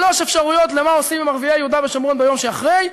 שלוש אפשרויות למה עושים עם ערביי יהודה ושומרון ביום שאחרי.